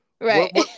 Right